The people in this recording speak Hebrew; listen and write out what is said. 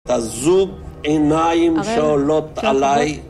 תזוג עיניים שעולות עליי